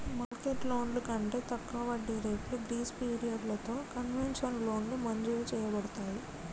market లోన్లు కంటే తక్కువ వడ్డీ రేట్లు గ్రీస్ పిరియడలతో కన్వెషనల్ లోన్ మంజురు చేయబడతాయి